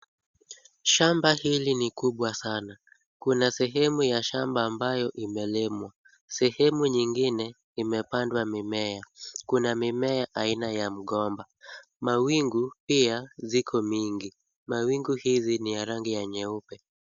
Shamba hili ni kubwa sana. Kuna sehemu ya shamba ambayo imelimwa. Sehemu nyingine imepandwa mimea. Kuna mimea aina ya mgomba. Mawingu pia ziko mingi. Mawingu hizi ni ya rangi ya nyeupe.